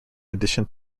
addition